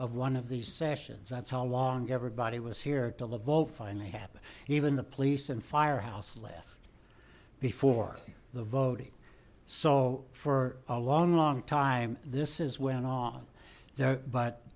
of one of these sessions that's how long everybody was here to laveau finally happened even the police and fire house left before the voting so for a long long time this is went on there but